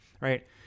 right